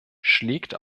schlägt